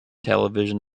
television